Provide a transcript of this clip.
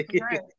Right